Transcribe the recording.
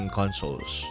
consoles